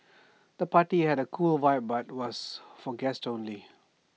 the party had A cool vibe but was for guests only